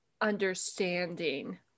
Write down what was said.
understanding